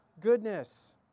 goodness